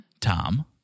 Tom